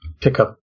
pickup